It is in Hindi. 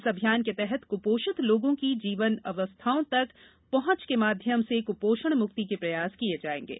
इस अभियान के तहत कुपोषित लोगों की जीवन अवस्थाओं तक पहुंच के माध्यम से कुपोषण मुक्ति के प्रयास किए जाएंगे